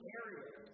areas